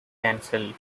canceled